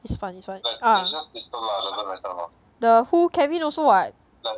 is fun this [one] ah the who kevin also [what]